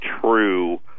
true